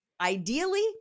ideally